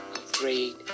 afraid